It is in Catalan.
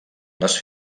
les